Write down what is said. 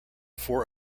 four